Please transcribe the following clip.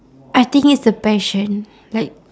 I think it's the passion like